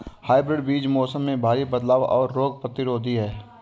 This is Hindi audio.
हाइब्रिड बीज मौसम में भारी बदलाव और रोग प्रतिरोधी हैं